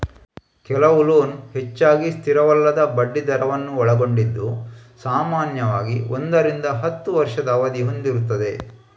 ಕೆಲವು ಲೋನ್ ಹೆಚ್ಚಾಗಿ ಸ್ಥಿರವಲ್ಲದ ಬಡ್ಡಿ ದರವನ್ನ ಒಳಗೊಂಡಿದ್ದು ಸಾಮಾನ್ಯವಾಗಿ ಒಂದರಿಂದ ಹತ್ತು ವರ್ಷದ ಅವಧಿ ಹೊಂದಿರ್ತದೆ